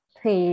thì